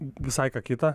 visai ką kitą